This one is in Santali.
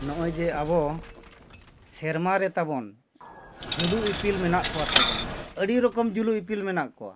ᱱᱚᱜ ᱚᱭ ᱡᱮ ᱟᱵᱚ ᱥᱮᱨᱢᱟ ᱨᱮ ᱛᱟᱵᱚᱱ ᱡᱩᱞᱩᱜ ᱤᱯᱤᱞ ᱢᱮᱱᱟᱜ ᱠᱚᱣᱟ ᱛᱟᱵᱚᱱ ᱟᱹᱰᱤ ᱨᱚᱠᱚᱢ ᱡᱩᱞᱩᱜ ᱤᱯᱤᱞ ᱢᱮᱱᱟᱜ ᱠᱚᱣᱟ